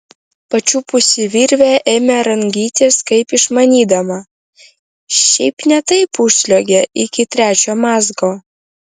pačiupusi virvę ėmė rangytis kaip išmanydama šiaip ne taip užsliuogė iki trečio mazgo